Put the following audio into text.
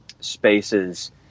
spaces